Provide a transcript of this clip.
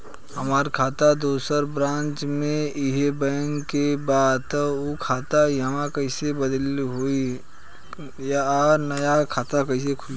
हमार खाता दोसर ब्रांच में इहे बैंक के बा त उ खाता इहवा कइसे बदली होई आ नया खाता कइसे खुली?